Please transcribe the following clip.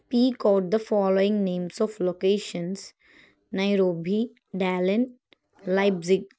speak out the following names of locations Nairobi Dalian Leipzig